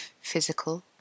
physical